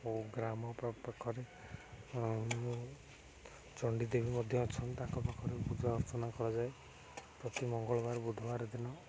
ଓ ଗ୍ରାମ ପାଖରେ ଚଣ୍ଡୀ ଦେବୀ ମଧ୍ୟ ଅଛନ୍ତି ତାଙ୍କ ପାଖରେ ପୂଜା ଅର୍ଚ୍ଚନା କରାଯାଏ ପ୍ରତି ମଙ୍ଗଳବାର ବୁଧବାର ଦିନ